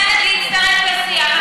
לאה, את מוזמנת להצטרף לשיח.